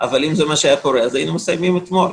אז היינו מסיימים אתמול.